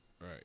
right